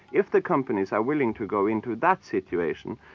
if the companies are willing to go into that situation,